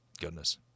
Goodness